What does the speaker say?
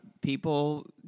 people